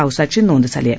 पावसाची नोंद झाली आहे